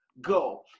Go